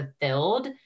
fulfilled